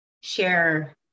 share